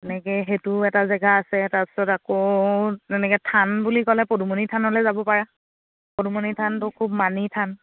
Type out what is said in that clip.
এনেকৈ সেইটোও এটা জেগা আছে তাৰ পিছত আকৌ তেনেকৈ থান বুলি ক'লে পদুমণি থানলৈ যাব পাৰা পদুমণি থানটো খুব মানি থান